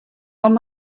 hom